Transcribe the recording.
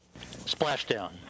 Splashdown